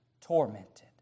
tormented